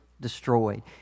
destroyed